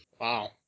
Wow